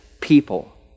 people